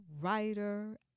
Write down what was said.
writer